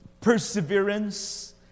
perseverance